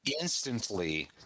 instantly